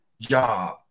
job